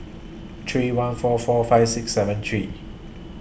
three one four four five six seven three